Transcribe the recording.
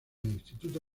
instituto